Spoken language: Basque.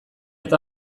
eta